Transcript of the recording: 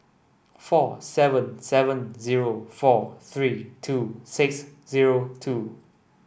four seven seven zero four three two six zero two